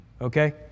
okay